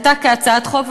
עלתה כהצעת חוק,